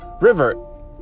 River